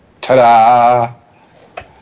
ta-da